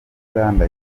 uganda